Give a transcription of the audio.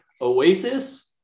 Oasis